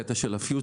הקטע של העתיד,